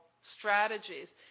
strategies